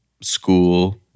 school